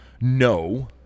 No